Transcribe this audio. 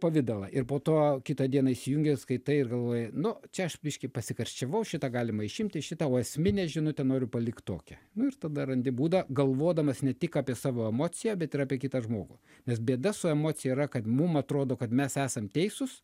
pavidalą ir po to kitą dieną įsijungęs skaitai ir galvoji nu čia aš biškį pasikarščiavau šitą galima išimti šitą o esminę žinutę noriu palikt tokią nu ir tada randi būdą galvodamas ne tik apie savo emociją bet ir apie kitą žmogų nes bėda su emocija yra kad mum atrodo kad mes esam teisūs